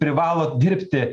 privalo dirbti